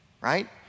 right